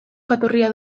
jatorria